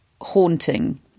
haunting